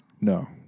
No